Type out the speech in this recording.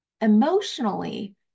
Emotionally